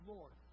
Lord